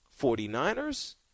49ers